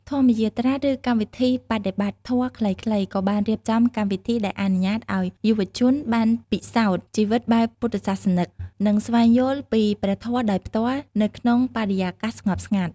ធម្មយាត្រា ឬកម្មវិធីបដិបត្តិធម៌ខ្លីៗ គឺបានរៀបចំកម្មវិធីដែលអនុញ្ញាតឱ្យយុវជនបានពិសោធន៍ជីវិតបែបពុទ្ធសាសនិក និងស្វែងយល់ពីព្រះធម៌ដោយផ្ទាល់នៅក្នុងបរិយាកាសស្ងប់ស្ងាត់។